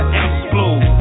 explode